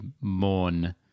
mourn